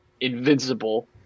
invincible